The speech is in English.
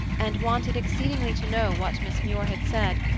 and wanted exceedingly to know what miss muir had said,